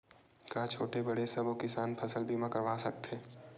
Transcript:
का छोटे बड़े सबो किसान फसल बीमा करवा सकथे?